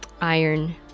Iron